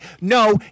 No